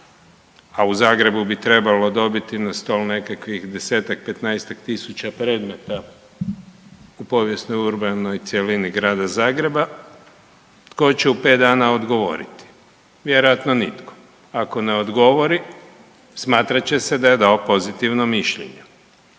a u Zagrebu bi trebalo dobiti na stol nekakvih 10-ak, 15-ak tisuća predmeta u povijesnoj urbanoj cjelini Grada Zagreba, tko će u 5 dana odgovoriti? Vjerojatno nitko. Ako ne odgovori, smatrat će se da je dao pozitivno mišljenje.